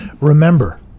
Remember